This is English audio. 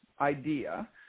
idea